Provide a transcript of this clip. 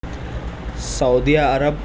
سعودیہ عرب